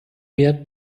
mir